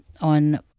on